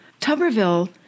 Tuberville